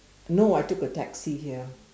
no I took a taxi here